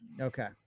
okay